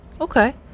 Okay